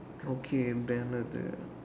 okay banner there